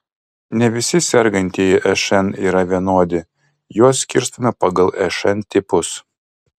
ne visi sergantieji šn yra vienodi juos skirstome pagal šn tipus